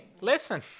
listen